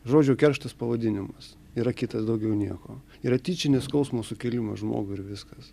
žodžio kerštas pavadinimas yra kitas daugiau nieko yra tyčinis skausmo sukėlimas žmogui ir viskas